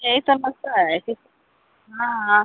यही समस्या है कि हाँ हाँ